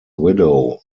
widow